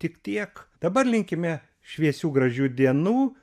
tik tiek dabar linkime šviesių gražių dienų